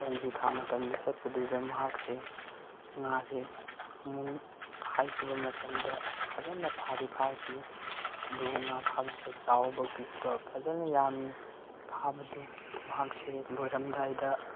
ꯅꯣꯡꯖꯨ ꯊꯥ ꯃꯇꯝꯗ ꯆꯠꯄꯗꯨꯗ ꯃꯍꯥꯛꯁꯦ ꯉꯥꯁꯦ ꯍꯥꯏꯈꯤꯕ ꯃꯇꯝꯗ ꯐꯖꯅ ꯐꯥꯗꯤ ꯐꯥꯈꯤ ꯑꯗꯨ ꯉꯥꯕꯁꯦ ꯆꯥꯎꯕ ꯄꯤꯛꯄ ꯐꯖꯅ ꯌꯥꯝꯃꯤ ꯐꯥꯕꯗꯨ ꯃꯍꯥꯛꯁꯦ ꯂꯣꯏꯔꯝꯗꯥꯏꯗ